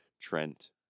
Trent